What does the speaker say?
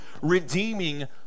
redeeming